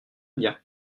bien